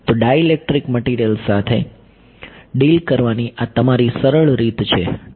તો dielectric material સાથે deal કરવાની આ તમારી સરળ રીત છે ઠીક છે